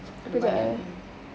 ada banyak mm